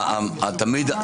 התלוש?